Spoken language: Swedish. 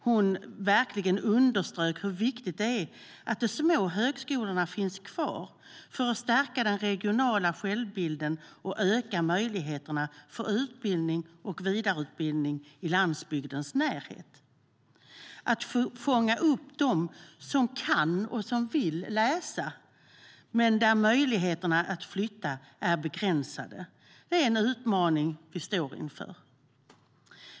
Hon underströk verkligen hur viktigt det är att de små högskolorna finns kvar för att stärka den regionala självbilden och öka möjligheterna för utbildning och vidareutbildning i landsbygdens närhet. Att fånga upp dem som kan och vill läsa men som har begränsade möjligheter att flytta är en utmaning vi står inför.